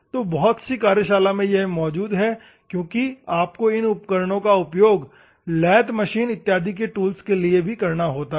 तो बहुत सी कार्यशाला में यह मौजूद है क्योंकि आपको इन उपकरणों का उपयोग लैथ मशीन इत्यादि के टूल्स के लिए भी करते है ठीक है